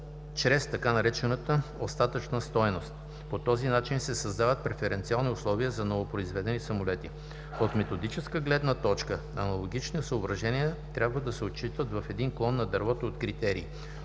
чрез така наречената „остатъчна стойност“. По този начин се създават преференциални условия за ново произведени самолети От методическа гледна точка, аналогични съображения трябва да се отчитат в един „клон“ на дървото от критерии.